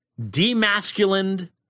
demasculined